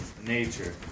Nature